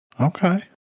Okay